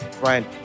Ryan